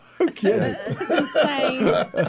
Okay